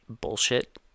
bullshit